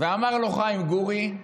אמר לו חיים גורי: